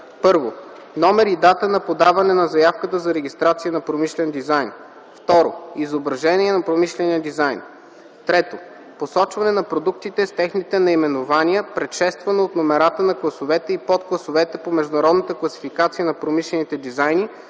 1. номер и дата на подаване на заявката за регистрация на промишлен дизайн; 2. изображение на промишления дизайн; 3. посочване на продуктите с техните наименования, предшествано от номерата на класовете и подкласовете по Международната класификация на промишлените дизайни,